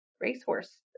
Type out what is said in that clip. racehorse